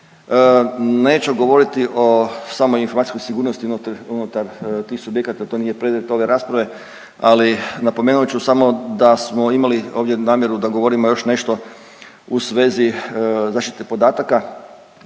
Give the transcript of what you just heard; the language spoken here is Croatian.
Neću govoriti o samoj informacijskoj sigurnosti unutar tih subjekata, to nije predmet ove rasprave, ali napomenut ću samo da smo imali ovdje namjeru da govorimo još nešto u svezi zaštite podataka.